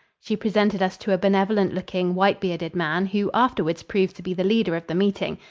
she presented us to a benevolent-looking, white-bearded man who afterwards proved to be the leader of the meeting,